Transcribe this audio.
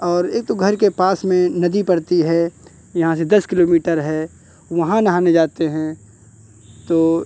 और एक तो घर के पास में नदी पड़ती है यहाँ से दस किलोमीटर है वहाँ नहाने जाते हैं तो